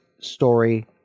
story